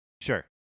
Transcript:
Sure